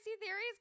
theories